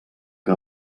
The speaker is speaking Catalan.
que